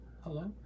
Hello